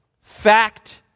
fact